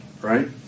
right